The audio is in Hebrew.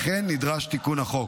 לכן נדרש תיקון החוק.